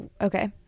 okay